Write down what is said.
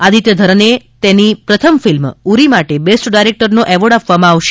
આદિત્ય ધરને તેમની પ્રથમ ફિલ્મ ઉરી માટે બેસ્ટ ડાયરેક્ટરનો એવોર્ડ આપવામાં આવશે